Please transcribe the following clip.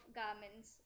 garments